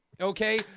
Okay